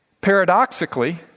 paradoxically